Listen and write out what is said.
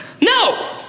no